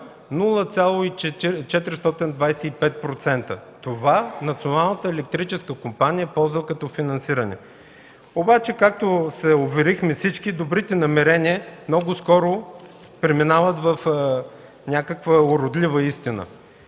0,425% – това Националната електрическа компания ползва като финансиране. Обаче, както се уверихме всички, добрите намерения много скоро преминават в някаква уродлива истина.